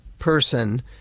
person